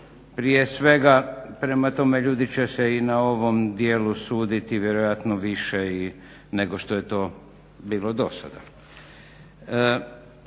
prije svega. Prema tome ljudi će se i na ovom dijelu suditi vjerojatno više nego što je to bilo do sada.